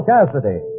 Cassidy